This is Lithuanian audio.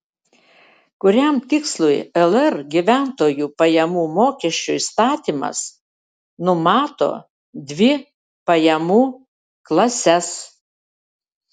kuriam tikslui lr gyventojų pajamų mokesčio įstatymas numato dvi pajamų klases